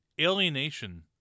Alienation